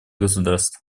государств